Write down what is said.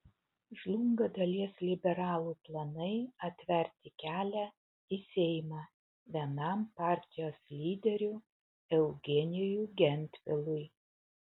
žlunga dalies liberalų planai atverti kelią į seimą vienam partijos lyderių eugenijui gentvilui